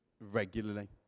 regularly